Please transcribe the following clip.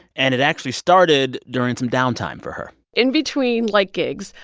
and it actually started during some downtime for her in between, like, gigs,